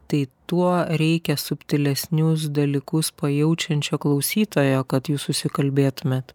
tai tuo reikia subtilesnius dalykus pajaučiančio klausytojo kad jūs susikalbėtumėt